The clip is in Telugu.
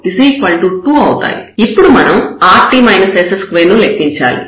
ఇప్పుడు మనం rt s2 ను లెక్కించాలి